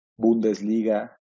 Bundesliga